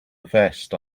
vest